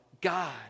God